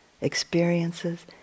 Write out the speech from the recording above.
experiences